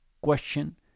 question